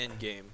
Endgame